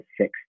six